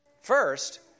First